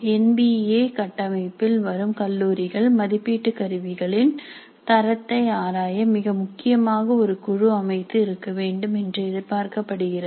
N B A கட்டமைப்பில் வரும் கல்லூரிகள் மதிப்பீட்டுக் கருவிகள் இன் தரத்தை ஆராய மிக முக்கியமாக ஒரு குழு அமைத்து இருக்க வேண்டும் என்று எதிர்பார்க்கப்படுகிறது